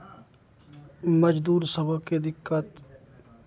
मजदूर सभके दिक्कत